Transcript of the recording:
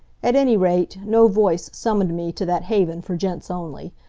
at any rate, no voice summoned me to that haven for gents only.